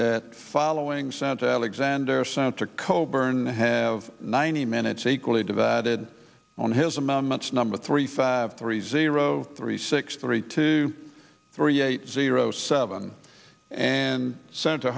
that following sentence xander senator coburn have ninety minutes equally divided on his amendments number three five three zero three six three two three eight zero seven and sent